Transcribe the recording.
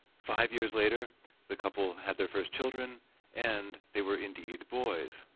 five years later the couple had their first children and they were indeed boys.